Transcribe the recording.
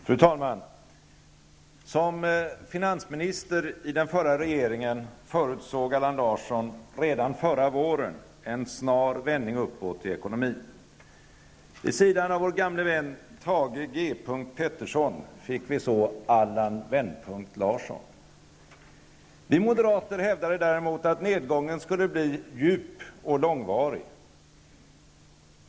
Fru talman! Som finansminister i den förra regeringen förutsåg Allan Larsson redan förra våren en snar vändning uppåt i ekonomin. Vid sidan av vår gamle vän Thage ''G-punkt'' Peterson fick vi Allan ''Vändpunkt'' Larsson. Vi moderater hävdade däremot att nedgången skulle bli djup och långvarig.